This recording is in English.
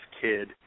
kid